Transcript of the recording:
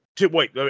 wait